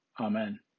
Amen